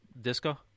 disco